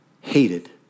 hated